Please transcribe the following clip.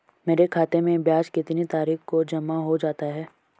मेरे खाते में ब्याज कितनी तारीख को जमा हो जाता है?